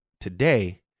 Today